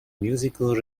musical